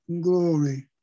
glory